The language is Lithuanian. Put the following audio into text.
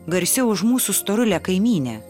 garsiau už mūsų storulę kaimynę